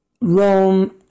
Rome